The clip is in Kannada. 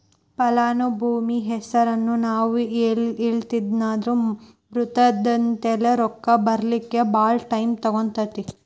ಫಲಾನುಭವಿ ಹೆಸರನ್ನ ನಾವು ಹೇಳಿಲ್ಲನ್ದ್ರ ಮೃತರಾದ್ಮ್ಯಾಲೆ ರೊಕ್ಕ ಬರ್ಲಿಕ್ಕೆ ಭಾಳ್ ಟೈಮ್ ತಗೊತೇತಿ